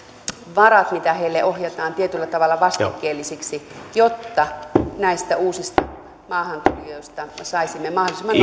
varat mitä heille ohjataan tietyllä tavalla vastikkeellisiksi jotta näistä uusista maahantulijoista saisimme mahdollisimman